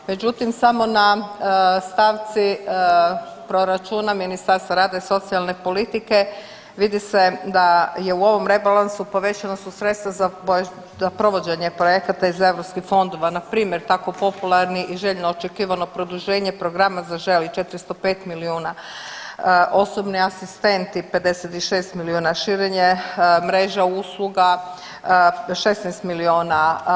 Međutim, samo na stavci proračuna, Ministarstva rada i socijalne politike vidi se da je u ovom rebalansu povećana su sredstva za provođenje projekata iz EU fondova, npr. tako popularni i željno očekivano produženje programa Zaželi, 405 milijuna, osobni asistenti 56 milijuna, širenje mreža usluga 16 milijuna.